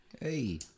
Hey